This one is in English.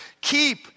Keep